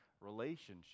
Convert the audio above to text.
relationship